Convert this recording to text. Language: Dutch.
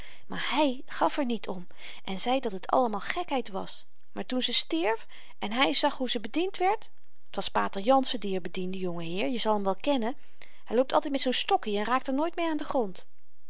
maar hy gaf er niet om en zei dat t allemaal gekheid was maar toen ze stierf en hy zag hoe ze bediend werd t was pater jansen die r bediende jonge heer je zal hem wel kennen hy loopt altyd met zoo'n stokkie en raakt er nooit meê aan den grond